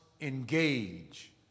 engage